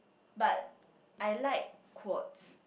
but I like quote